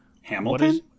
Hamilton